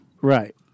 Right